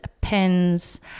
pens